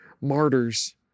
martyrs